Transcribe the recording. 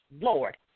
Lord